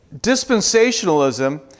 dispensationalism